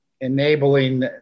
enabling